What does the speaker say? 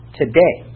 today